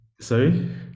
Sorry